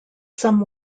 some